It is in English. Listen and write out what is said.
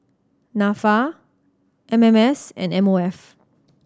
Nafa M M S and M O F